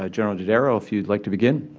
ah general dodaro, if you would like to begin.